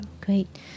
Great